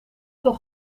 veel